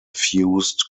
fused